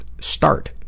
Start